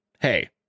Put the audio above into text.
hey